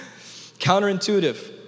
Counterintuitive